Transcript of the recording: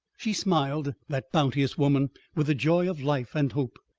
she smiled, that bounteous woman, with the joy of life and hope.